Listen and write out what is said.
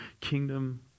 kingdom